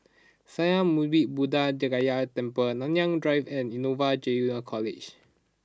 Sakya Muni Buddha Gaya Temple Nanyang Drive and Innova Junior College